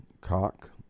Cock